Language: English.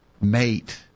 mate